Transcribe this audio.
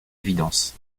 évidence